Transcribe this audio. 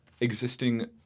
existing